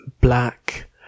black